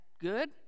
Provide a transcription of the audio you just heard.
good